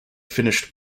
finished